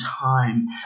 time